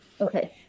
Okay